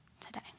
today